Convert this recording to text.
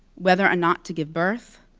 whether or not to give birth.